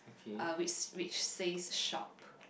uh which which says shop